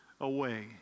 away